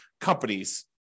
companies